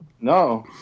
No